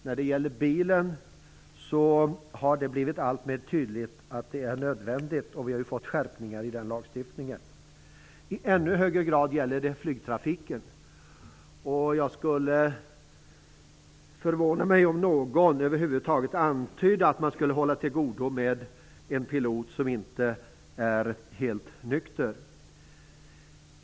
När det gäller bilen har det blivit alltmer tydligt att detta är nödvändigt. Vi har gjort skärpningar i lagen. I ännu högre grad gäller det flygtrafiken. Det skulle förvåna mig om någon över huvud taget antydde att man skulle hålla till godo med en pilot som inte är helt nykter.